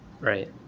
right